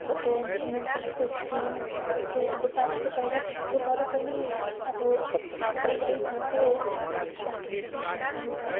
बाटो मान्छेलाई सोध्दै मान्छेलाई सोध्दै अब बाजे चाहिँ पहिल्यै गएको थियो तर पनि अब पहिल्यै गएको अहिलेको बाटोहरू बिर्सिन्छ नि त